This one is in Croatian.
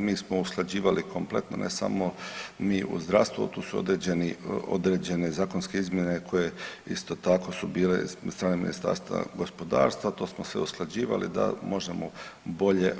Mi smo usklađivali kompletno ne samo mi u zdravstvu tu su određeni, određene zakonske izmjene koje isto tako su bile od strane Ministarstva gospodarstva to smo se usklađivali da možemo bolje,